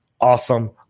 awesome